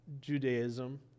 Judaism